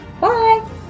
Bye